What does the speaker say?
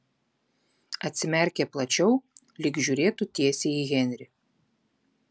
atsimerkė plačiau lyg žiūrėtų tiesiai į henrį